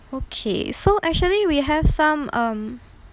okay so actually we have some um